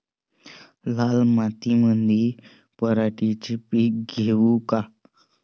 लाल मातीमंदी पराटीचे पीक घेऊ का?